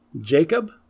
Jacob